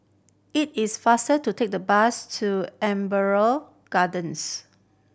it is faster to take the bus to Amber Gardens